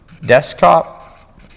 desktop